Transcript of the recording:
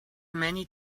many